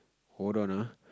hold on ah